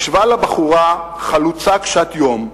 ישבה לה בחורה חלוצה קשת-יום,